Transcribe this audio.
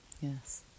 Yes